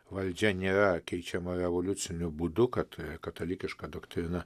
valdžia nėra keičiama revoliuciniu būdu kad katalikiška doktrina